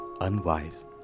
unwise